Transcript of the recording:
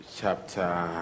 chapter